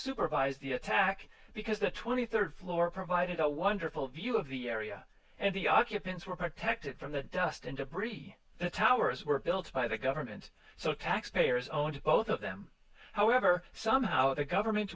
supervise the attack because the twenty third floor provided a wonderful view of the area and the occupants were protected from the dust and debris the towers were built by the government so taxpayers owned both of them however somehow the government